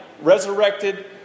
resurrected